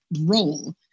role